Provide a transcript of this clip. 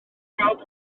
gweld